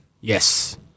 Yes